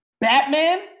Batman